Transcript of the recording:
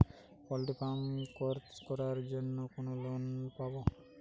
Poultry farm করার জন্য কোন লোন পাব?